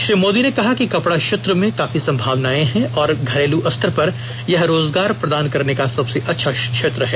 श्री मोदी ने कहा कि कपड़ा क्षेत्र में काफी संभावनाएं हैं और घरेलू स्तर पर यह रोजगार प्रदान करने का सबसे अच्छा क्षेत्र है